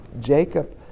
Jacob